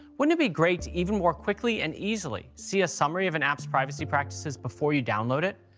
wouldn't it be great to even more quickly and easily see a summary of an app's privacy practices before you download it?